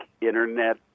internet